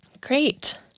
Great